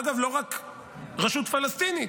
אגב, לא רק רשות פלסטינית,